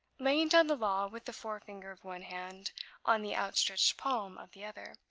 laying down the law with the forefinger of one hand on the outstretched palm of the other,